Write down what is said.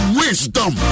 wisdom